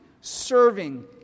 serving